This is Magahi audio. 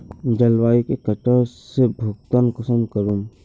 जलवायु के कटाव से भुगतान कुंसम करूम?